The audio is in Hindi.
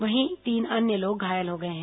वहीं तीन अन्य घायल हो गए हैं